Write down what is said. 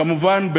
כמובן,